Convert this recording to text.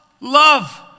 Love